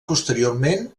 posteriorment